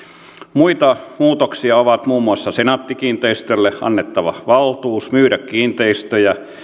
muita muutoksia ovat muun muassa senaatti kiinteistöille annettava valtuus myydä kiinteistöjä